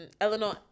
Eleanor